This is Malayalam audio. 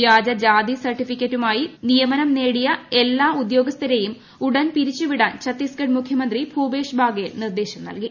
വ്യാജ ജാതി സർട്ടിഫിക്കറ്റുമായി നിയമനം നേടിയ എല്ലാ ഉദ്യോഗസ്ഥരും ഉടൻ പിരിച്ചു വിടാൻ ഛത്തീസ്ഗഡ് മുഖ്യമന്ത്രി ഭൂപേഷ് ബാഗേൽ നിർദ്ദേശം നൽകി